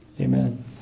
Amen